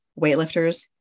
weightlifters